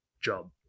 job